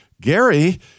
Gary